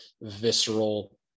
visceral